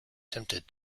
attempted